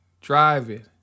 driving